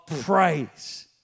praise